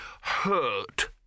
hurt